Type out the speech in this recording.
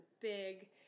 big